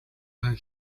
than